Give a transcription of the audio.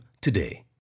today